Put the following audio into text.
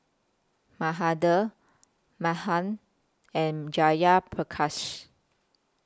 Mahade Mahan and Jayaprakash